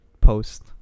post